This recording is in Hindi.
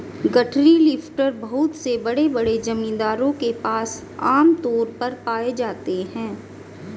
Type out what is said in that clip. गठरी लिफ्टर बहुत से बड़े बड़े जमींदारों के पास आम तौर पर पाए जाते है